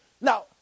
Now